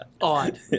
odd